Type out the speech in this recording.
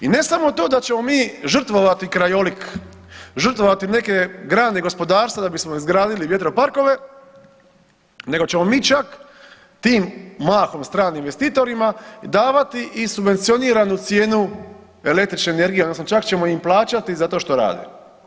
I ne samo to da ćemo mi žrtvovati krajolik, žrtvovati neke grane gospodarstva da bismo izgradili vjetroparkove, nego ćemo mi čak tim mahom stranim investitorima davati i subvencioniranu cijenu električne energije odnosno čak ćemo im plaćati zato što rade.